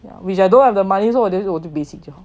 which I don't have the money so 我觉得我是 basic 就好